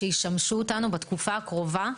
שישמשו אותנו בתקופה הקרובה,